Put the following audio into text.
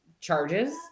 charges